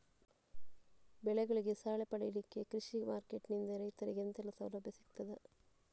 ಬೆಳೆಗಳಿಗೆ ಸಾಲ ಪಡಿಲಿಕ್ಕೆ ಕೃಷಿ ಮಾರ್ಕೆಟ್ ನಿಂದ ರೈತರಿಗೆ ಎಂತೆಲ್ಲ ಸೌಲಭ್ಯ ಸಿಗ್ತದ?